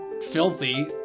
filthy